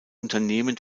unternehmen